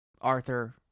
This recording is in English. Arthur